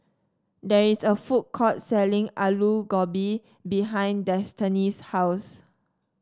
there is a food court selling Alu Gobi behind Destany's house